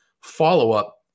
follow-up